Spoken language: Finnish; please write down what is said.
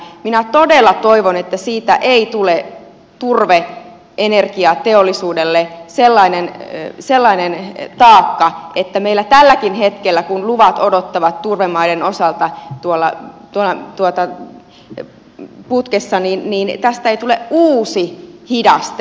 minä todella toivon että siitä ei tule turve energiateollisuudelle sellainen taakka että kun meillä tälläkin hetkellä luvat odottavat turvemaiden osalta tuolla putkessa niin tästä tulisi uusi hidaste